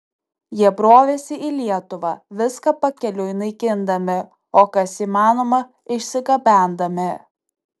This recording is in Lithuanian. jie brovėsi į lietuvą viską pakeliui naikindami o kas įmanoma išsigabendami